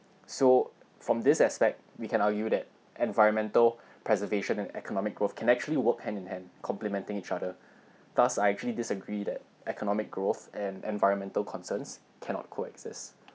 so from this aspect we can argue that environmental preservation and economic growth can actually work hand in hand complementing each other thus I actually disagree that economic growth and environmental concerns cannot coexist